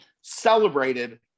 celebrated –